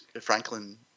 franklin